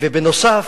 ובנוסף,